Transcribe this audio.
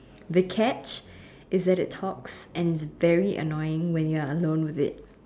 the cat is that it talks and very annoying when you are alone with it